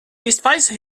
despise